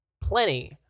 plenty